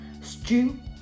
stew